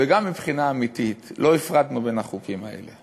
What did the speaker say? וגם מבחינה אמיתית, לא הפרדנו בין החוקים האלה,